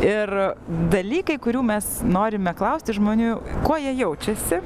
ir dalykai kurių mes norime klausti žmonių kuo jie jaučiasi